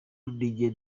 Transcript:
nijye